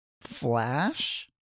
Flash